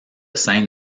scènes